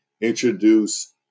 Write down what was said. introduce